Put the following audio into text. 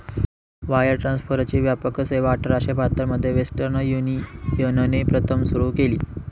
wire ट्रान्सफरची व्यापक सेवाआठराशे बहात्तर मध्ये वेस्टर्न युनियनने प्रथम सुरू केली